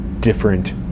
different